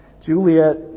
Juliet